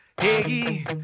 Hey